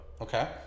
Okay